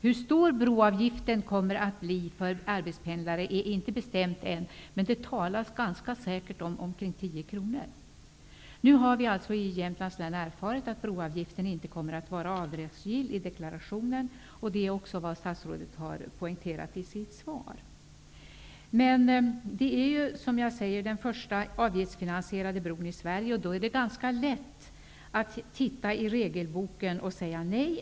Hur stor broavgiften blir för arbetspendlare är inte bestämt ännu. Men det är ganska säkert, sägs det, att avgiften blir ca 10 kr. Vi i Jämtlands län har dock erfarit att broavgiften inte kommer att vara avdragsgill i deklarationen, och det är också vad statsrådet poängterar i sitt svar. Men det gäller, som sagt, den första avgiftsfinansierade bron i Sverige. Därför är det ganska lätt att titta i regelboken och säga nej.